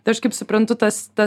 aš kaip suprantu tas tas